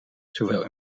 zowel